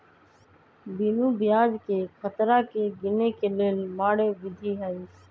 बिनु ब्याजकें खतरा के गिने के लेल मारे विधी हइ